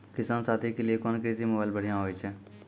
किसान साथी के लिए कोन कृषि मोबाइल बढ़िया होय छै?